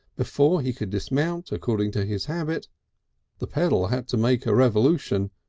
before he could dismount according to his habit the pedal had to make a revolution,